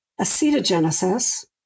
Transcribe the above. acetogenesis